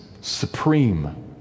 supreme